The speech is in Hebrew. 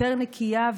יותר נקייה,